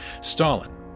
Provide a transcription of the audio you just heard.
Stalin